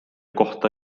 kohta